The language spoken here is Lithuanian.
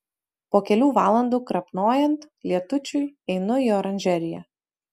po kelių valandų krapnojant lietučiui einu į oranžeriją